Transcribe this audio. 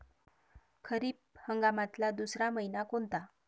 खरीप हंगामातला दुसरा मइना कोनता?